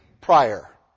prior